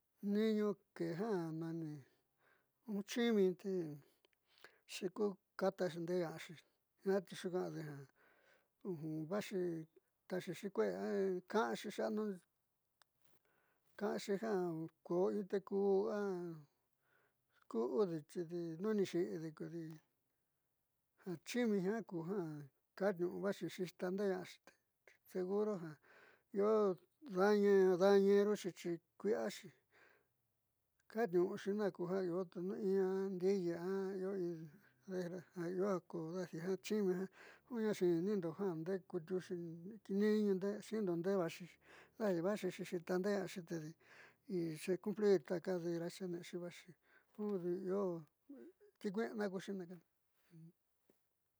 Ni iñu kee ja nani chimi te xiiko katande'éña'axi jiaa tiuu xuuka'ade ja vaaxi te taaxiixi kue'e a ka'anxi ka'anxi ja kuu in te kuu a ku'udexi ni xi'ide kodi ja chimi jiaa kuja kaaniu'u vaaxixi xiitandaaña'axi te seguro ja io dañeroxi xi kui'iaxi kaatniu'uxi na kuja io te in ndiiyi a io in ja kuja chimi ja ja a xi'inindo ja nde'e kutiuxi ñiiñu ndee yaaxixi deja vaaxixi xiintandaañaaxi tedi xe c plir takaderaxi neexi vaáxi ku io tiikui'ina kuxi naka'ando.